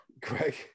Greg